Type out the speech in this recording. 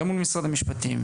גם מול משרד המשפטים,